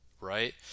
right